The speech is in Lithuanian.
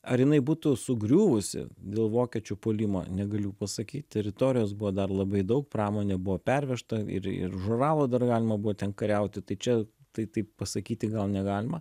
ar jinai būtų sugriuvusi dėl vokiečių puolimo negaliu pasakyt teritorijos buvo dar labai daug pramonė buvo pervežta ir ir už uralo dar galima buvo ten kariauti tai čia tai taip pasakyti gal negalima